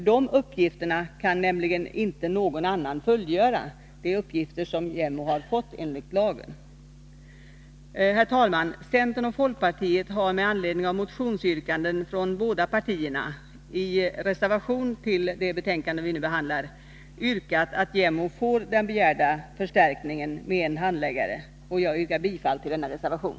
De uppgifterna kan nämligen inte någon annan fullgöra. Det är uppgifter som jämställdhetsombudsmannen har fått enligt lagen. Herr talman! Centern och folkpartiet har med anledning av motionsyrkanden från båda partierna i reservation till det betänkande vi nu behandlar yrkat att jämställdhetsombudsmannen får den begärda förstärkningen med en handläggare. Jag yrkar bifall till denna reservation.